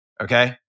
Okay